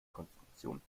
konstruktion